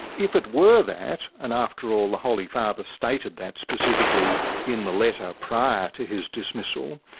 if it were that, and after all the holy father stated that specifically in the letter prior to his dismissal,